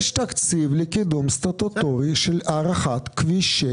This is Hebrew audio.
יש תקציב לקידום סטטוטורי של הארכת כביש 6,